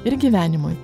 ir gyvenimui